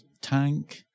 tank